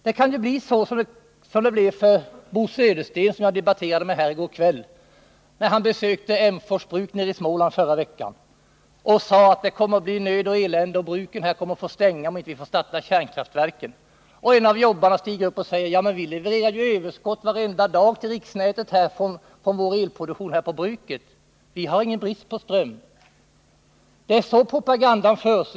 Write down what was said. Det kan bli så som det blev för Bo Södersten, som jag debatterade med här i går kväll, när han besökte Emsfors bruk nere i Småland förra veckan. Han sade då att det kommer att bli nöd och elände, att bruken kommer att få stänga om vi inte får starta kärnkraftverken. En av jobbarna steg då upp och sade: Ja, men vi levererar ju överskott från vår elproduktion här på bruket varenda dag till riksnätet. Vi har ingen brist på ström. — Det är så propagandan förs.